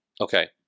Okay